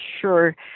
sure